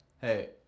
Hey